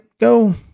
Go